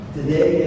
Today